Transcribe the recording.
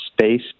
space